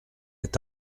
est